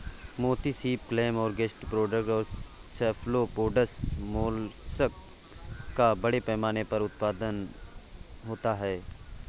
मोती सीप, clam, gastropods और सेफलोपोड्स मोलस्क का बड़े पैमाने पर उत्पादन होता है